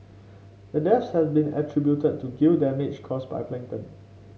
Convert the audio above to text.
the deaths have been attributed to gill damage caused by plankton